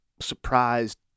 surprised